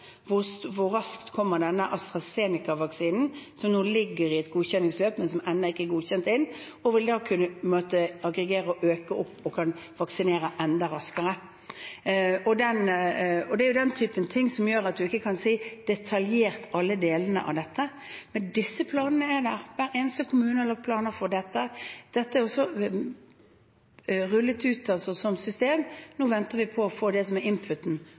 hvor raskt kommer denne AstraZeneca-vaksinen, som nå ligger i et godkjenningsløp, men som ennå ikke er godkjent, og vil da kunne aggregere og øke opp, slik at en kan vaksinere enda raskere? Det er jo den typen ting som gjør at en ikke kan si detaljert alle delene av dette, men disse planene er der. Hver eneste kommune har lagt planer for dette. Dette er også rullet ut som system, og nå venter vi på å få det som er